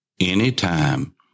anytime